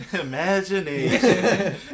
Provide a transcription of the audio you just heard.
Imagination